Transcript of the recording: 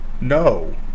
No